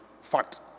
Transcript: Fact